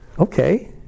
Okay